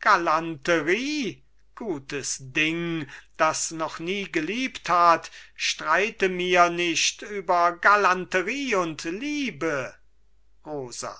galanterie gutes ding das noch nie geliebt hat streite mir nicht über galanterie und liebe rosa